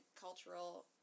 cultural